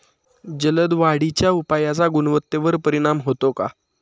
जलद वाढीच्या उपायाचा गुणवत्तेवर परिणाम होतो का?